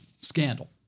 scandal